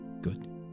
good